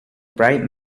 bright